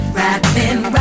rapping